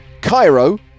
Cairo